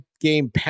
Game